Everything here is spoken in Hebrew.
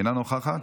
אינה נוכחת,